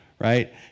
right